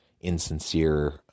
insincere